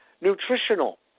nutritional